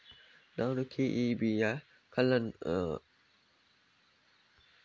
ನಾನು ಕೆ.ಇ.ಬಿ ಯ ಬಿಲ್ಲನ್ನು ಕಟ್ಟಿದ್ದೇನೆ, ಅದು ಸರಿಯಾಗಿದೆಯಾ ಎಂದು ನೋಡಬೇಕು ಹೇಗೆ ನೋಡುವುದು?